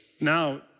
Now